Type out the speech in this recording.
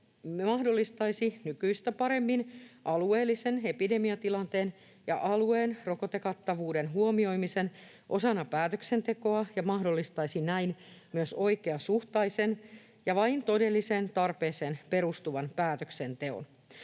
mahdollistaisi nykyistä paremmin alueellisen epidemiatilanteen ja alueen rokotekattavuuden huomioimisen osana päätöksentekoa ja mahdollistaisi näin myös oikeasuhtaisen ja vain todelliseen tarpeeseen perustuvan päätöksenteon.